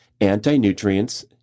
anti-nutrients